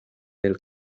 del